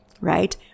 right